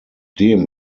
dem